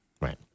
Right